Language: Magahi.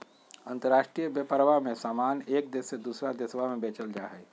अंतराष्ट्रीय व्यापरवा में समान एक देश से दूसरा देशवा में बेचल जाहई